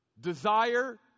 desire